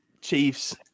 Chiefs